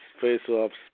face-offs